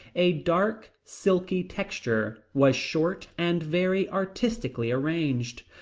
a dark silky texture, was short and very artistically arranged.